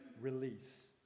release